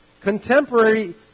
contemporary